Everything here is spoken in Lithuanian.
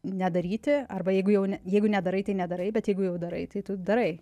nedaryti arba jeigu jau ne jeigu nedarai tai nedarai bet jeigu jau darai tai tu darai